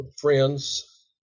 friends